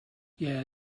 yeah